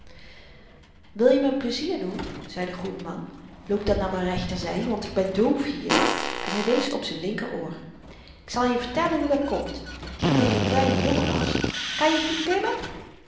wil je me n n pleizier doen zei de goede man loop dan aan m'n rechterzy want ik ben doof hier en hy wees op z'n linkeroor ik zal je vertellen hoe dat komt toen ik n kleine jongen was kan je goed